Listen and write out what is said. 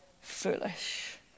foolish